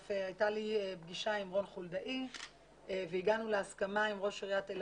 אף הייתה לי פגישה עם רון חולדאי והגענו להסכמה עם ראש עיריית תל